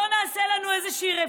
בואו נעשה לנו רפורמה.